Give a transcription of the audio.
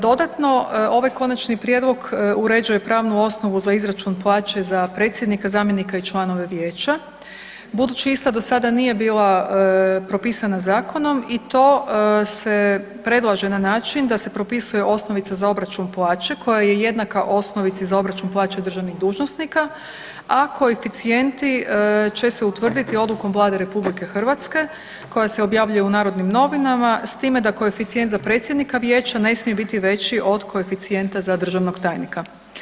Dodatno, ovaj konačni prijedlog uređuje pravnu osnovu za izračun plaće za predsjednika, zamjenika i članove vijeća, budući ista do sada nije bila propisana zakonom i to se predlaže na način da se propisuje osnovica za obračun plaće koja je jednaka osnovici za obračun plaće državnih dužnosnika, a koeficijenti će se utvrditi odlukom Vlade RH koja se objavljuje u „Narodnim novinama“, s tim da koeficijent za predsjednika vijeća ne smije biti veći od koeficijenta za državnog tajnika.